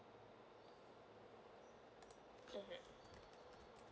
mmhmm